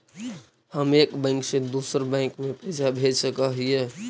हम एक बैंक से दुसर बैंक में पैसा भेज सक हिय?